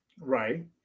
Right